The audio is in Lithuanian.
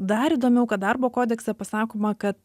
dar įdomiau kad darbo kodekse pasakoma kad